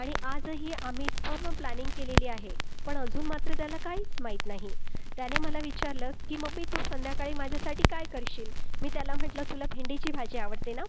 आणि आजही आम्ही पूर्ण प्लॅनिंग केलेली आहे पण अजून मात्र त्याला काहीच माहीत नाही त्याने मला विचारलं की मम्मी तू संध्याकाळी माझ्यासाठी काय करशील मी त्याला म्हटलं तुला भेंडीची भाजी आवडते ना